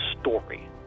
story